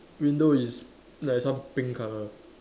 window is like some pink colour